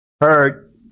heard